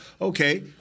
okay